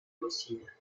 fossile